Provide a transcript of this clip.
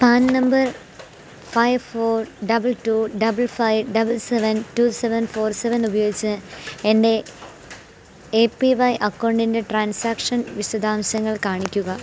pan number five four double two double five double seven two seven four seven ഉപയോഗിച്ച് എൻ്റെ A P Y അക്കൗണ്ടിൻ്റെ transaction വിശദാംശങ്ങൾ കാണിക്കുക